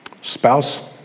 spouse